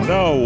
no